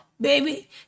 baby